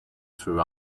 through